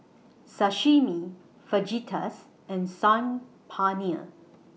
Sashimi Fajitas and Saag Paneer